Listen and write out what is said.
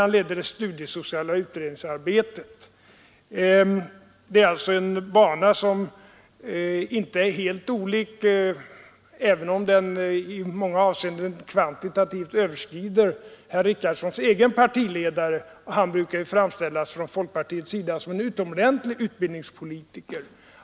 Han ledde det studiesociala utredningsarbetet. Det är alltså en bana som inte är helt olik — även om den i många avseenden kvantitativt överskrider — herr Richardsons egen partiledares meriter. Han brukar ju från folkpartiets sida framställas som en utomordentlig utbildningspolitiker.